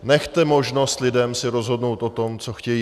Nechte možnost lidem si rozhodnout o tom, co chtějí.